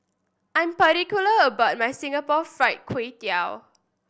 I'm particular about my Singapore Fried Kway Tiao